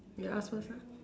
you ask first ah